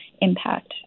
impact